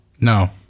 no